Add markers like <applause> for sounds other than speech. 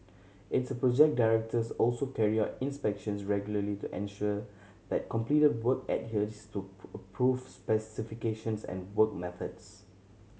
its project directors also carry out inspections regularly to ensure that completed work adheres to <unintelligible> approved specifications and work methods